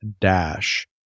dash